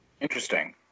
Interesting